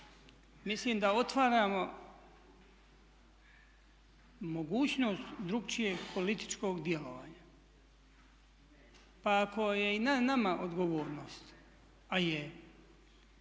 Mislim da otvaramo mogućnost drukčijeg političkog djelovanja. Pa ako je i na nama odgovornost, a je